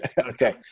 Okay